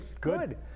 good